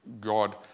God